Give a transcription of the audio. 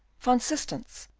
van systens,